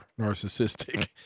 narcissistic